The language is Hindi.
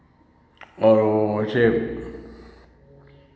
और वैसे